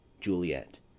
JULIET